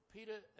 Peter